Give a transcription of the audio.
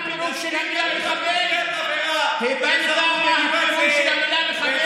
בעידן של חיסול הדמוקרטיה הישראלית למען בן אדם אחד מושחת